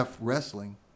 wrestling